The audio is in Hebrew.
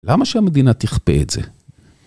למה שהמדינה תכפה את זה?